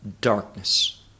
darkness